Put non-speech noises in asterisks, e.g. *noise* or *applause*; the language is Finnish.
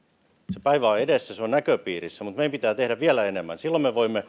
se päivä on edessä se on näköpiirissä mutta meidän pitää tehdä vielä enemmän silloin me voimme *unintelligible*